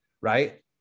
right